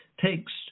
takes